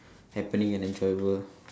happening and enjoyable